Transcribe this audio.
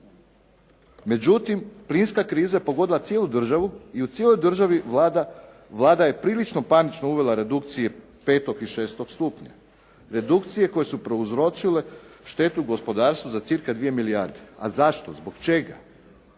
Međutim, plinska kriza je pogodila cijelu državu i u cijeloj državi Vlada je prilično panično uvela redukcije petog i šestog stupnja, redukcije koje su prouzročile štetu gospodarstvu za cirka dvije milijarde. A zašto? Zbog čega?